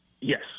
yes